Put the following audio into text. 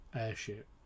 airship